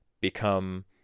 become